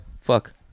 Fuck